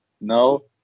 no